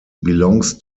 belongs